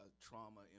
trauma